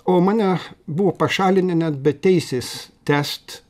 o mane buvo pašalinę net be teisės tęst